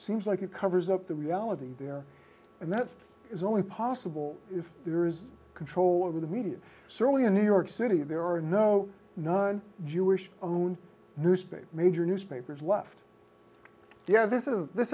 seems like it covers up the reality there and that is only possible if there is control over the media certainly in new york city there are no jewish newspaper major newspapers left yeah this is this